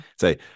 say